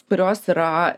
kurios yra